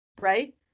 right